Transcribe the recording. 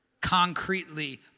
concretely